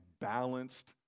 balanced